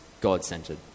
God-centered